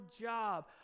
job